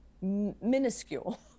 minuscule